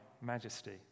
majesty